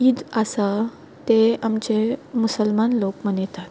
ईद आसा ते आमचे मुसलमान लोक मनयतात